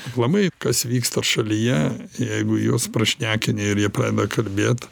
aplamai kas vyksta šalyje jeigu juos prašnekini ir jie pradeda kalbėt